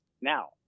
now